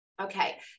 okay